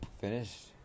finished